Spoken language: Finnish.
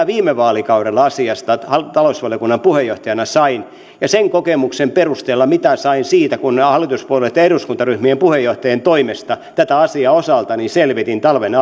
viime vaalikaudella asiasta talousvaliokunnan puheenjohtajana sain ja sen kokemuksen perusteella mitä sain siitä kun hallituspuolueitten eduskuntaryhmien puheenjohtajien toimesta tätä asiaa osaltani selvitin talven